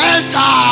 Enter